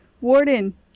warden